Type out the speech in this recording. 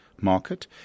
market